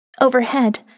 Overhead